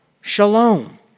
shalom